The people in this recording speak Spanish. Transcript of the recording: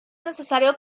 necesario